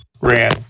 ran